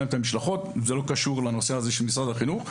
זה לא קשור לנושא הזה של משרד החינוך,